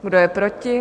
Kdo je proti?